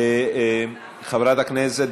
חברת הכנסת